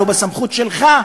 לא בסמכות שלך.